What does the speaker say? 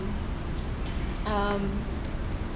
mm